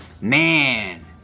man